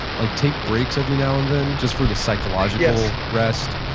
like take breaks every now and then just for the psychological rest.